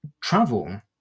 travel